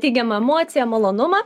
teigiamą emociją malonumą